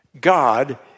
God